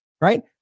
right